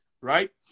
right